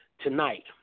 tonight